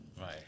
Right